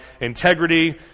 integrity